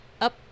up